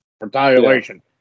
Retaliation